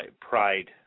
pride